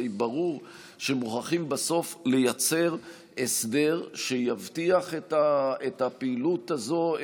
הרי ברור שמוכרחים בסוף לייצר הסדר שיבטיח את הפעילות הזאת,